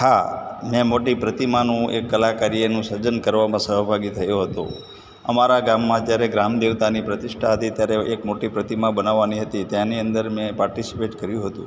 હા મેં મોટી પ્રતિમાનું એક કલાકાર્યનું સર્જન કરવામાં સહભાગી થયો હતો અમારા ગામમાં જ્યારે ગ્રામદેવતાની પ્રતિષ્ઠા હતી ત્યારે એક મોટી પ્રતિમા બનાવવાની હતી ત્યાંની અંદર મેં પાર્ટિસિપેટ કર્યું હતું